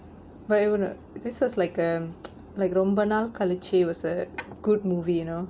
but you know what this was like um like Romba Naal Kalichu naal kalichu was a good movie you know